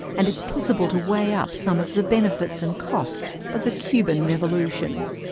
and it's possible to weigh up some of the benefits and costs of the cuban revolution.